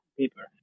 paper